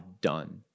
done